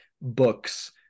books